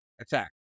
attack